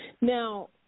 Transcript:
Now